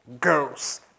girls